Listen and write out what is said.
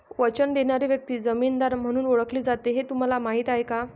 वचन देणारी व्यक्ती जामीनदार म्हणून ओळखली जाते हे तुम्हाला माहीत आहे का?